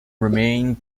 remained